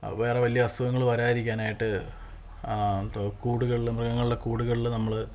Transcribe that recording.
വേറെ വലിയ അസുഖങ്ങള് വരാതിരിക്കാനായിട്ട് എന്തോ കൂടുകളിലും മൃഗങ്ങളുടെ കൂടുകളില് നമ്മള്